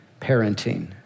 parenting